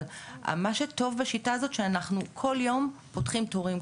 אבל מה שטוב בשיטה הזאת זה שאנחנו כל יום פותחים תורים,